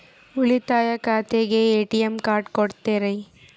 ಉಳಿತಾಯ ಖಾತೆಗೆ ATM card ಕೊಡ್ತೇರಿ?